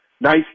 Nice